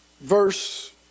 verse